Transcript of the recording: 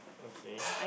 okay